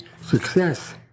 success